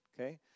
okay